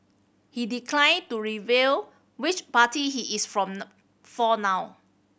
he declined to reveal which party he is from now for now